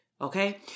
Okay